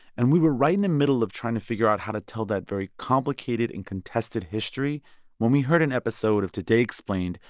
and we were right in the middle of trying to figure out how to tell that very complicated and contested history when we heard an episode of today, explained,